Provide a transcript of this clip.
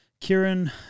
Kieran